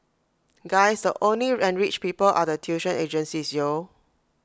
guys the only enriched people are the tuition agencies yo